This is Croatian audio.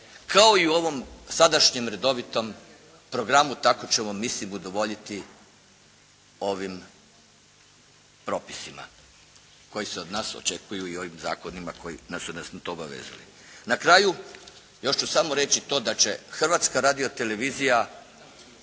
kao i u ovom sadašnjem redovitom programu tako ćemo … /Govornik se ne razumije./ … udovoljiti ovim propisima koji se od nas očekuju i ovim zakonima koji su nas na to obavezali. Na kraju još ću samo reći to da će Hrvatska radiotelevizija